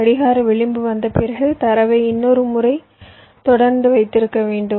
கடிகார விளிம்பு வந்தபிறகு தரவை இன்னொரு முறை தொடர்ந்து வைத்திருக்க வேண்டும்